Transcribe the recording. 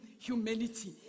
Humanity